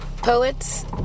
Poets